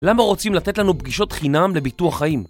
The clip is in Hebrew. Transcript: למה רוצים לתת לנו פגישות חינם לביטוח חיים?